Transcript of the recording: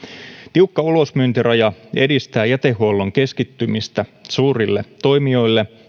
tiukka ulosmyyntiraja edistää jätehuollon keskittymistä suurille toimijoille